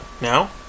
Now